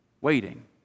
waiting